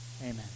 Amen